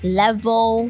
level